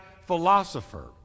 philosopher